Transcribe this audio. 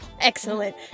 Excellent